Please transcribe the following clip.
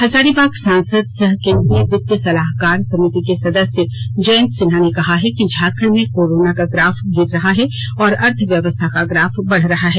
हजारीबाग सांसद सह केंद्रीय वित्त सलाहकार समिति के सदस्य जयंत सिन्हा ने कहा है कि झारखंड मं कोरोना का ग्राफ गिर रहा है और अर्थव्यवस्था का ग्राफ बढ़ रहा है